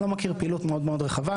אני לא מכיר פעילות מאוד מאוד רחבה,